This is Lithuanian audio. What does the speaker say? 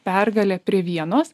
pergalė prie vienos